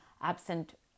absent